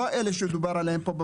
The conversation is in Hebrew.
לא אלה שדובר עליהם פה,